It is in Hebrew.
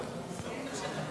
סיימון.